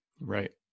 right